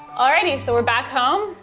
alrighty so, we're back home,